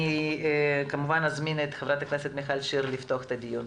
אני אזמין את ח"כ מיכל שיר לפתוח את הדיון.